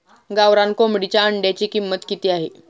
गावरान कोंबडीच्या अंड्याची किंमत किती आहे?